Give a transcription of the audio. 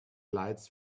lights